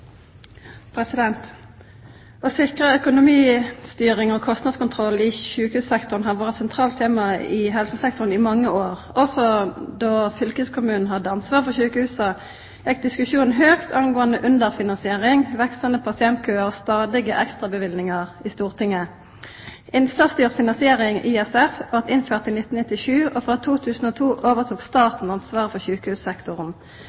Å sikra økonomistyring og kostnadskontroll i sjukehussektoren har vore eit sentralt tema i helsesektoren i mange år. Også då fylkeskommunen hadde ansvaret for sjukehusa, gjekk diskusjonen høgt om underfinansiering, veksande pasientkøar og stadige ekstraløyvingar i Stortinget. Innsatsstyrt finansiering, ISF, blei innført i 1997, og frå 2002 overtok